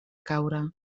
caure